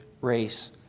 race